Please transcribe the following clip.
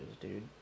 dude